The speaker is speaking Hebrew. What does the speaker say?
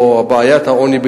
או בעיית העוני,